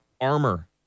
armor